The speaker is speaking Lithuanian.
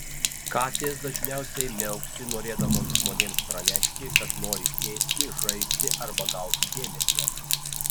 katės dažniausiai miauksi norėdamos žmonėms pranešti kad nori ėsti žaisti arba gauti dėmesio